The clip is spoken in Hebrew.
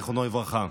זכרו לברכה,